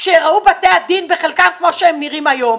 שייראו בתי הדין בחלקם כמו שהם נראים היום.